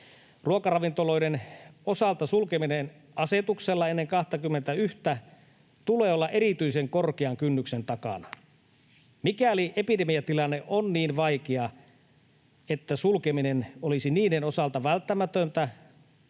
Ruokaravintoloiden osalta sulkemisen asetuksella ennen 21:tä tulee olla erityisen korkean kynnyksen takana. Mikäli epidemiatilanne on niin vaikea, että sulkeminen olisi ruokaravintoloiden osalta välttämätöntä